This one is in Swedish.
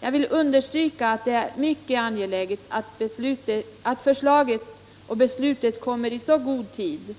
Jag vill understryka att det är mycket angeläget att förslaget och beslutet kommer i så god tid